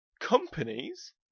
companies